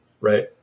right